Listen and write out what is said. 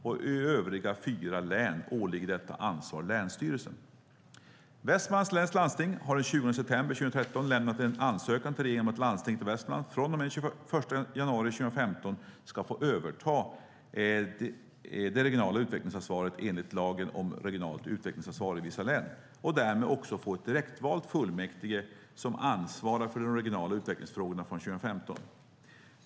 I övriga fyra län åligger detta ansvar länsstyrelsen. Västmanlands läns landsting har den 20 september 2013 lämnat en ansökan till regeringen om att Landstinget Västmanland från och med den 1 januari 2015 ska få överta det regionala utvecklingsansvaret enligt lagen om regionalt utvecklingsansvar i vissa län och därmed också få ett direktvalt fullmäktige som ansvarar för de regionala utvecklingsfrågorna från 2015.